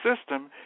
system